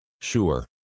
Sure